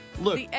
Look